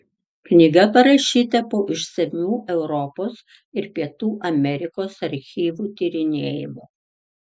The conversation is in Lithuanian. knyga parašyta po išsamių europos ir pietų amerikos archyvų tyrinėjimų